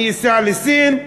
אני אסע לסין,